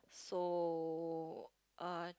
so uh